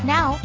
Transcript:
Now